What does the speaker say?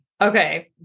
okay